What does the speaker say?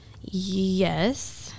yes